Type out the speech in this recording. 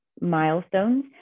milestones